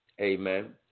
Amen